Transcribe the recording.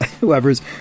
whoever's